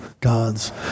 God's